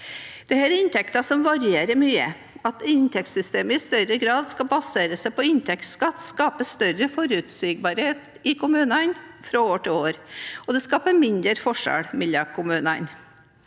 inntekter som varierer mye. At inntektssystemet i større grad skal basere seg på inntektsskatt, skaper større forutsigbarhet for kommunene fra år til år, og det skaper mindre forskjeller mellom kommunene.